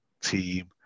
team